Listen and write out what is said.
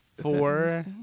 four